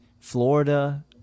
Florida